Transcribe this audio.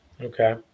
Okay